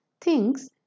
thinks